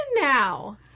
now